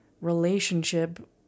relationship